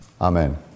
Amen